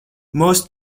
most